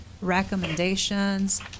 recommendations